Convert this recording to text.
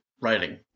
writing